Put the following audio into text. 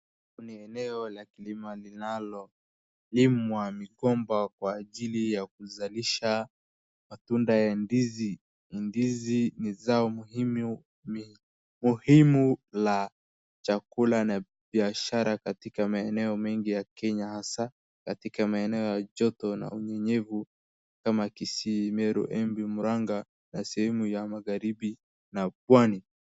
Huku ni eneo la kilima linalolimwa mikoba kwa ajili yakuzalisha matunda ya ndizi. Ndizi ni zao muhimu, mihu, muhimu la chakula na biashara katika maeneo mengi ya Kenya, hasa maeneo ya joto kuna unyonyevu kama Kisii, Meru, Embu, Murang'a na sehemu ya Magharibi, na Pwani.